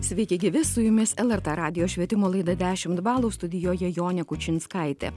sveiki gyvi su jumis lrt radijo švietimo laida dešimt balų studijoje jonė kučinskaitė